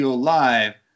live